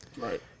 Right